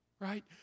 Right